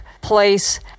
place